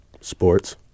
Sports